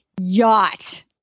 yacht